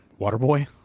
Waterboy